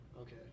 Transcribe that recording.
Okay